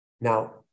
Now